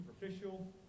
superficial